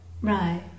Right